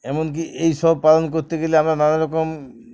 এমনকি এই সব পালন করতে গেলে আমরা নানারকম